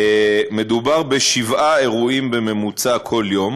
מדובר בשבעה אירועים בממוצע שבהם